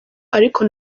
ariko